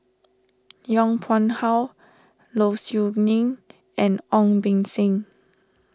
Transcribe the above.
Yong Pung How Low Siew Nghee and Ong Beng Seng